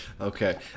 Okay